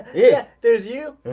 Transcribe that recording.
yeah there's you.